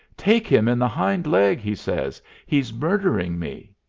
take him in the hind leg, he says. he's murdering me,